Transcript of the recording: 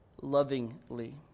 lovingly